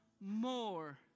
more